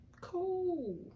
cool